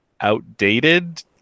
outdated